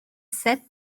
seth